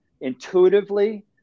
Intuitively